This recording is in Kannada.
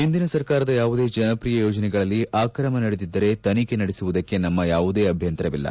ಹಿಂದಿನ ಸರ್ಕಾರದ ಯಾವುದೇ ಜನಪ್ರಿಯ ಯೋಜನೆಗಳಲ್ಲಿ ಅಕ್ರಮ ನಡೆದಿದ್ದರೆ ತನಿಖೆ ನಡೆಸುವುದಕ್ಕೆ ನಮ್ಮ ಯಾವುದೇ ಅಭ್ಯಂತರವಿಲ್ಲ